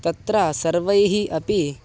तत्र सर्वैः अपि